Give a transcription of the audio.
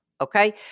Okay